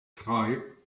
drei